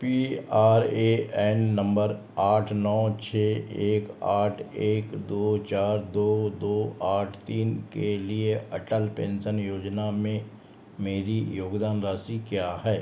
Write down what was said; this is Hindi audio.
P R A N number आठ नौ छ एक आठ एक दो चार दो दो आठ तीन के लिए अटल पेंशन योजना में मेरी योगदान राशि क्या है